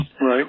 Right